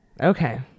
okay